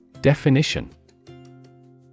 Definition